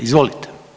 Izvolite.